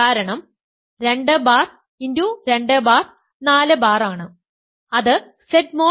കാരണം 2 bar x 2 bar 4 bar ആണ്